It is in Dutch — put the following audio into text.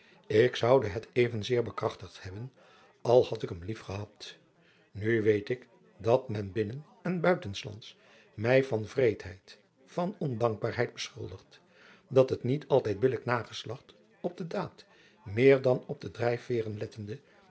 ik zoude het evenzeer bekrachtigd hebben al had ik hem lief gehad nu weet ik dat men binnen en buitenslands mij van wreedheid van ondankbaarheid beschuldigt dat het niet altijd billijk nageslacht op de daad meer dan op de drijfveeren lettende